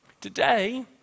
today